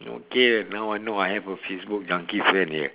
okay now I know I have a Facebook junkie friend here